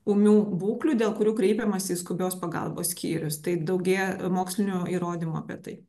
ūmių būklių dėl kurių kreipiamasi į skubios pagalbos skyrius tai daugėja mokslinių įrodymų apie tai